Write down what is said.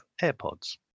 AirPods